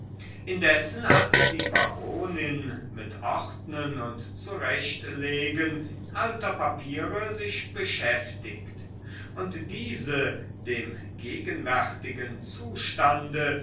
indessen hatte die baronin mit ordnen und zurechtlegen alter papiere sich beschäftigt und diese dem gegenwärtigen zustande